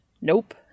Nope